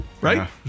right